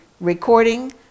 recording